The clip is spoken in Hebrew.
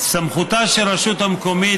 סמכותה של הרשות המקומית,